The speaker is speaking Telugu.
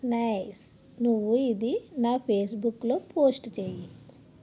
నైస్ నువ్వు ఇది నా ఫేస్బుక్లో పోస్ట్ చేయి